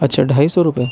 اچھا ڈھائی سو روپیے